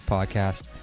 Podcast